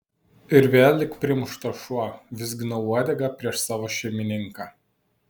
ir vėl lyg primuštas šuo vizginau uodegą prieš savo šeimininką